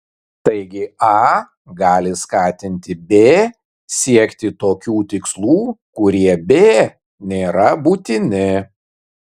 taigi a gali skatinti b siekti tokių tikslų kurie b nėra būtini